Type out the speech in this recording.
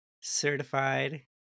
certified